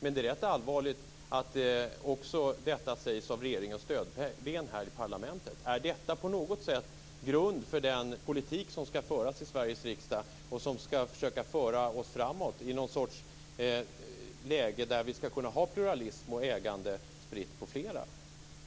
Det är rätt allvarligt att detta sägs av regeringens stödben i parlamentet. Är detta en grund för den politik som skall föras i Sveriges riksdag och som skall föra oss framåt till pluralism och ägande spritt på flera?